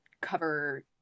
cover